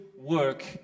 work